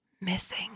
Missing